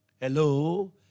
Hello